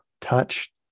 touch